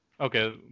Okay